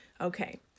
Okay